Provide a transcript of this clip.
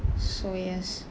so yes